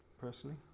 personally